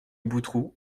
boutroux